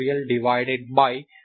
22n 2